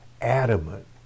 adamant